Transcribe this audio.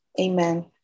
Amen